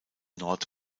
nord